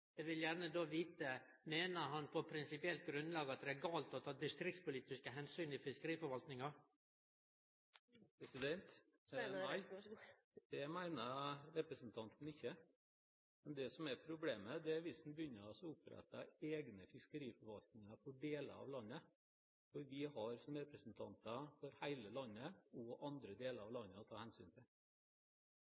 på prinsipielt grunnlag at det er gale å ta distriktspolitiske omsyn i fiskeriforvaltinga? Det mener representanten ikke. Men det som er problemet, er hvis en begynner å opprette egne fiskeriforvaltninger for deler av landet, for vi har som representanter for hele landet også andre deler av landet å ta hensyn til.